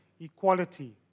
equality